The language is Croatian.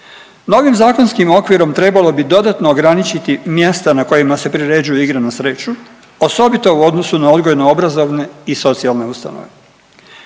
Novim zakonskim okvirom trebalo bi dodatno ograničiti mjesta na kojima se priređuju igre na sreću osobito u odnosu na odgojno-obrazovne i socijalne ustanove.